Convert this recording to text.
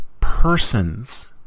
persons